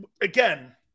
again